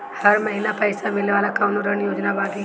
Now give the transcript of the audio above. हर महीना पइसा मिले वाला कवनो ऋण योजना बा की?